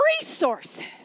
resources